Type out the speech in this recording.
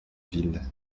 ville